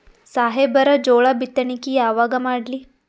ಸಾಹೇಬರ ಜೋಳ ಬಿತ್ತಣಿಕಿ ಯಾವಾಗ ಮಾಡ್ಲಿ?